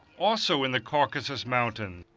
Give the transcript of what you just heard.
also in the caucasus mountains.